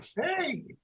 hey